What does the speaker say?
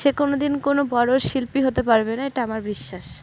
সে কোনো দিন কোনো বড় শিল্পী হতে পারবে না এটা আমার বিশ্বাস